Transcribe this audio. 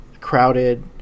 crowded